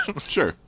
Sure